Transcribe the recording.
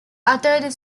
uttered